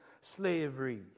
slavery